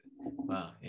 wow